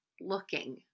looking